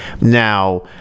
now